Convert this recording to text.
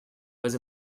was